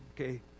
Okay